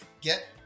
get